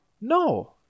No